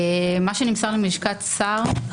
מה שנמסר מלשכת שר,